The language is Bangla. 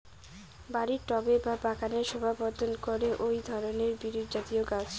বাড়ির টবে বা বাগানের শোভাবর্ধন করে এই ধরণের বিরুৎজাতীয় গাছ